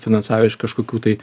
finansavę iš kažkokių tai